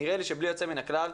נראה לי שבלי יוצא מן הכלל,